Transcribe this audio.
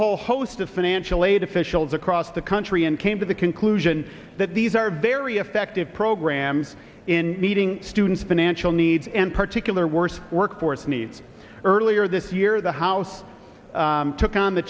whole host of financial aid officials across the country and came to the conclusion that these are very effective programs in meeting students financial needs and particular worse workforce needs earlier this year the house took on the